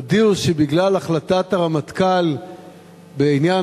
הודיעו שבגלל החלטת הרמטכ"ל בעניין